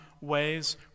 ways